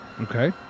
Okay